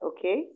Okay